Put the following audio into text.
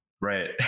Right